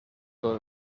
todas